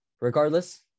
regardless